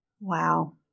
Wow